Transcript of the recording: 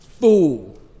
fool